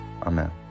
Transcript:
Amen